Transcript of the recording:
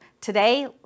Today